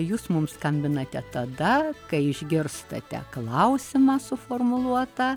jūs mums skambinate tada kai išgirstate klausimą suformuluotą